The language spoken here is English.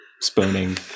spooning